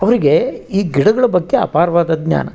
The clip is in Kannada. ಅವರಿಗೆ ಈ ಗಿಡಗಳ ಬಗ್ಗೆ ಅಪಾರವಾದ ಜ್ಞಾನ